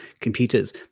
computers